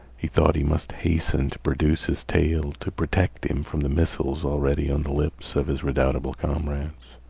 he thought he must hasten to produce his tale to protect him from the missiles already on the lips of his redoubtable comrades.